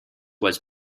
was